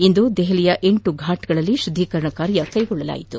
ಇಂದು ದೆಹಲಿಯ ಎಂಟು ಘಾಟ್ ಗಳಲ್ಲಿ ಶುದ್ದೀಕರಣ ಕಾರ್ಯ ಕೈಗೊಳ್ಳಲಾಯಿತು